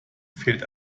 fehlt